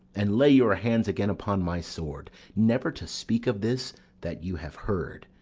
and lay your hands again upon my sword never to speak of this that you have heard,